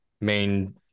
main